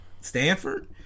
Stanford